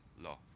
law